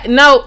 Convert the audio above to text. no